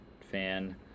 fan